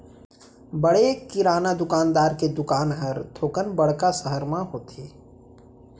बड़े किराना दुकानदार के दुकान हर थोकन बड़का सहर म होथे